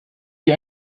die